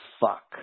fuck